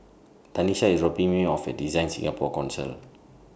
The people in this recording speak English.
Tanisha IS dropping Me off At DesignSingapore Council